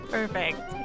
Perfect